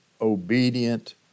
obedient